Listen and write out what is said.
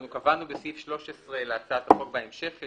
אנחנו קבענו בסעיף 13 להצעת החוק בהמשך,